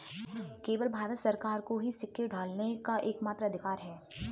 केवल भारत सरकार को ही सिक्के ढालने का एकमात्र अधिकार है